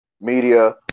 media